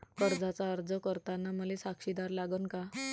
कर्जाचा अर्ज करताना मले साक्षीदार लागन का?